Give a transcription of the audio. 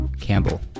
Campbell